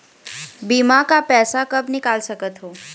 बीमा का पैसा कब निकाल सकत हो?